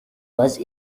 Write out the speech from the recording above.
was